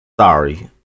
Sorry